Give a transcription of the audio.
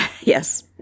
Yes